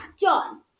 John